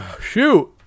shoot